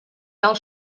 del